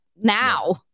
now